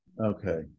Okay